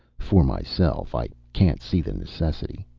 for myself i can't see the necessity.